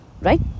right